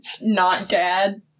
not-dad